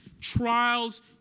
trials